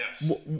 Yes